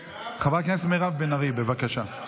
חברת הכנסת מירב בן ארי, בבקשה.